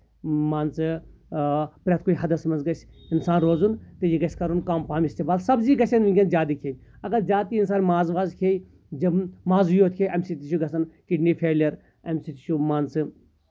مان ژٕ آ پرٮ۪تھ کُنہِ حدس منٛز گژھِ اِنسان روزُن تہٕ یہِ گژھِ کَرُن کَم پَہم اِستعمال سبزی گژھِ یہِ گژھہِ زیادٕ کیٚھنۍ اَگر زیادٕ تہِ اِنسان ماز واز کھیہِ مازٕے یوت کھیٚہِ اَمہِ سۭتۍ تہِ چھُ گژھان کِڑنی فیلِیر اَمہِ سۭتۍ چھُ مان ژٕ